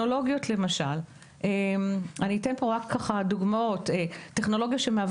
אני אתן פה דוגמאות לא רלוונטיות מתחום הטכנולוגיה.